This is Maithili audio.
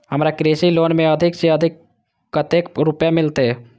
हमरा कृषि लोन में अधिक से अधिक कतेक रुपया मिलते?